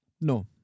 No